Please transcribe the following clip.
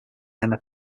emma